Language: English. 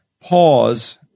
pause